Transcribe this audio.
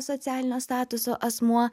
socialinio statuso asmuo